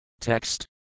Text